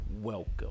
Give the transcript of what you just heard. welcome